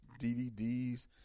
DVDs